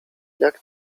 jak